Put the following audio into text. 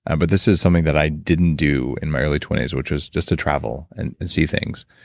and but this is something that i didn't do in my early twenties, which was just to travel and and see things.